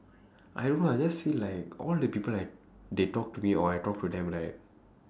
I don't know I just feel like all the people like they talk to me or I talk to them right